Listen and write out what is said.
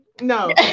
no